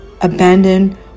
abandoned